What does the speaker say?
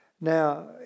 Now